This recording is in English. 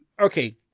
okay